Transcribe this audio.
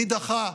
מי דחה?